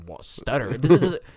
stutter